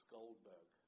Goldberg